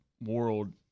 world